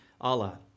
Allah